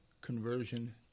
conversion